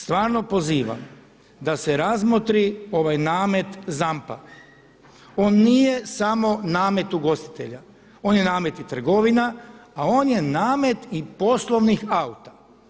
Stvarno pozivam da se razmotri ovaj namet ZAMP-a, on nije samo namet ugostitelja, on je namet i trgovina a on je namet i poslovnih auta.